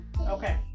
okay